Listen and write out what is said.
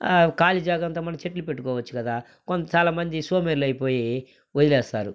ఖాళీ జాగా అంతా మనం చెట్లు పెట్టుకోవచ్చు కదా కొం చాలా మంది సోంబేరులైపోయి వదిలేస్తారు